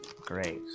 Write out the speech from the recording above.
Great